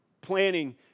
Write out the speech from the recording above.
planning